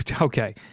okay